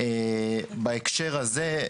בהקשר הזה,